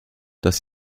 dass